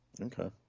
Okay